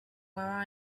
where